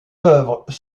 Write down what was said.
œuvres